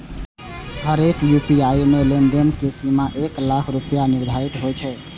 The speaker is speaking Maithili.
हरेक यू.पी.आई मे लेनदेन के सीमा एक लाख रुपैया निर्धारित होइ छै